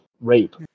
rape